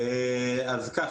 אז כך,